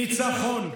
ניצחון.